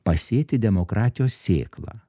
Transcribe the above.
pasėti demokratijos sėklą